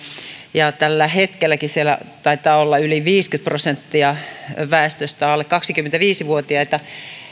ja tällä hetkelläkin yli viisikymmentä prosenttia väestöstä taitaa olla siellä alle kaksikymmentäviisi vuotiaita